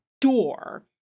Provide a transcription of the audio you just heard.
door